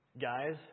Guys